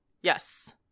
Yes